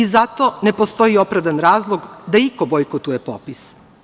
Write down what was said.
Zato ne postoji opravdan razlog da iko bojkotuje popis.